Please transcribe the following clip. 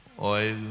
oil